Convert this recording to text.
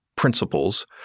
principles